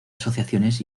asociaciones